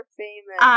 famous